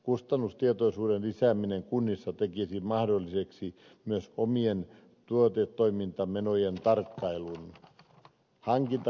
kustannustietoisuuden lisääminen kunnissa tekisi mahdolliseksi myös omien tuotetoimintamenojen tarkkailun